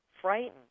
frightened